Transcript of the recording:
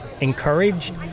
encouraged